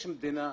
יש מדינה,